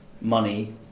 money